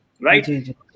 right